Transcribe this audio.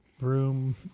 room